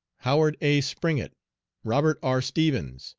howard a. springett, robert r. stevens,